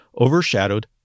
overshadowed